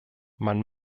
man